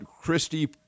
Christie